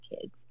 kids